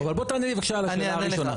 אבל בוא תענה לי בבקשה על השאלה הראשונה.